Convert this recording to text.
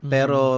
Pero